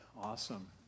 Awesome